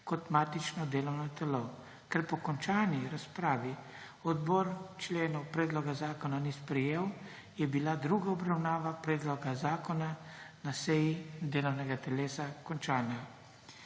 kot matično delovno telo. Ker po končani razpravi odbor členov predloga zakona ni sprejel, je bila druga obravnava predloga zakona na seji delovnega telesa končana.